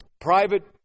private